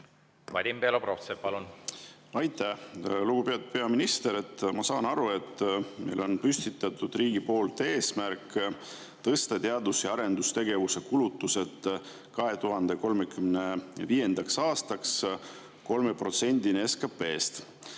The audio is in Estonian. Vadim Belobrovtsev, palun! Aitäh! Lugupeetud peaminister! Ma saan aru, et meil on püstitatud riigi poolt eesmärk tõsta teadus‑ ja arendustegevuse kulutused 2035. aastaks 3%‑ni SKP‑st,